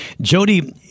jody